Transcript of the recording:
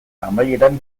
amaieran